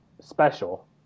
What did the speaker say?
special